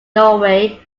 norway